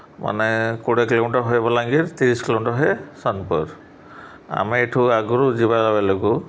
ମାନେ କୋଡ଼ିଏ କିଲୋମିଟର୍ ହୁଏ ବଲାଙ୍ଗୀର୍ ତିରିଶ କିଲୋମିଟର୍ ହୁଏ ସୋନପୁର ଆମେ ଏଇଠୁ ଆଗରୁ ଯିବା ବେଳକୁ